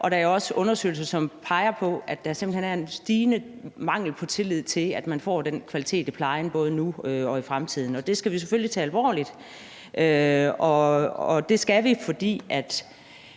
Og der er jo også undersøgelser, som peger på, at der simpelt hen er en stigende mangel på tillid til, at man får den kvalitet i plejen, både nu og i fremtiden. Det skal vi selvfølgelig tage alvorligt, og det skal vi, fordi